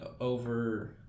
over